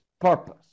purpose